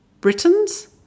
Britons